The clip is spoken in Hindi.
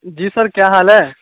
जी सर क्या हाल है